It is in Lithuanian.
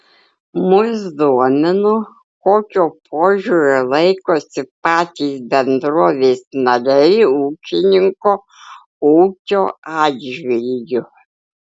mus domino kokio požiūrio laikosi patys bendrovės nariai ūkininko ūkio atžvilgiu